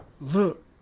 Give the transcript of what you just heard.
Look